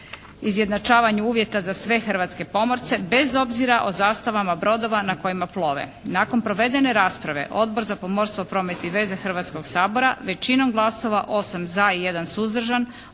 izjednačavanju uvjeta za sve hrvatske pomorce bez obzira o zastavama brodova na kojima plove. Nakon provedene rasprave Odbor za pomorstvo, promet i veze Hrvatskoga sabora većinom glasova 8 za i jedan suzdržan